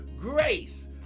Grace